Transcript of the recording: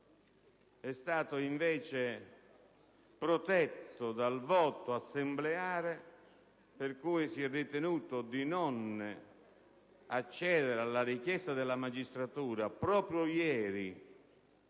è stato invece protetto dal voto assembleare, per cui si è ritenuto di non accedere alla richiesta della magistratura (quella